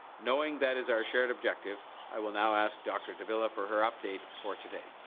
knowing that is our shared objective i will now ask dr. de villa for her update for today.